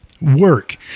work